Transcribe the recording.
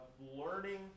learning